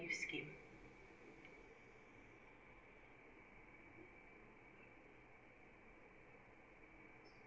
leave scheme